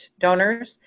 donors